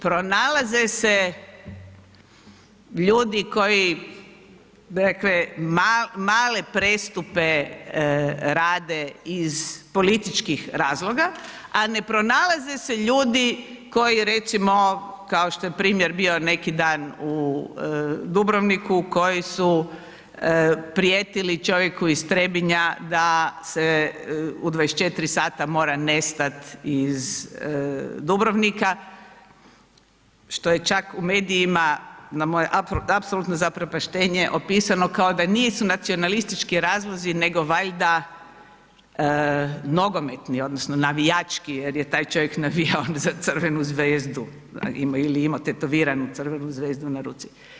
Pronalaze se ljudi koji, bi rekli, male prestupe rade iz političkih razloga, a ne pronalaze se ljudi koji recimo kao što je primjer bio neki dan u Dubrovniku koji su prijetili čovjeku iz Trebinja da se u 24 sati mora nestat iz Dubrovnika, što je čak u medijima, na moje apsolutno zaprepaštenje opisano kao da nisu nacionalistički razlozi nego valjda nogometni odnosno navijački jer je taj čovjek navijao za Crvenu zvezdu ili imamo tetoviranu Crvenu zvezdu na ruci.